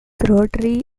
rotary